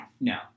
No